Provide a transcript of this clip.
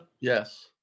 Yes